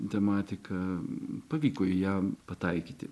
tematika pavyko į ją pataikyti